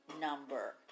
number